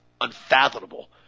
unfathomable